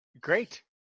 Great